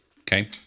Okay